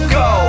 go